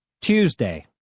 Tuesday